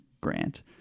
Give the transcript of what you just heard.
Grant